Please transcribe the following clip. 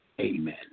Amen